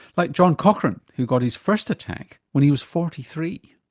like john cochrane, who got his first attack when he was forty three.